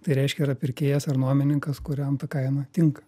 tai reiškia yra pirkėjas ar nuomininkas kuriam ta kaina tinka